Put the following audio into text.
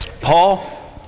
Paul